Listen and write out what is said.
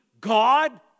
God